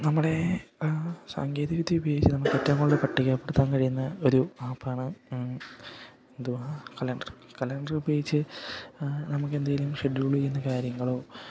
നമ്മുടെ സാങ്കേതികവിദ്യ ഉപയോഗിച്ച് നമുക്ക് ഏറ്റവും കൂടുതൽ പട്ടികപെടുത്താൻ കഴിയുന്ന ഒരു ആപ്പാണ് എന്തുവാ കലണ്ടർ കലണ്ടർ ഉപയോഗിച്ച് നമുക്ക് എന്തെങ്കിലും ഷെഡ്യൂൾ ചെയ്യുന്ന കാര്യങ്ങളോ